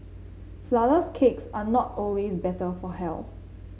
flourless cakes are not always better for health